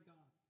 God